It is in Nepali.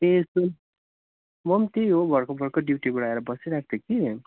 ए सुन म त्यही हो भर्खर भर्खर ड्युटीबाट आएर बसिरहेको थिएँ कि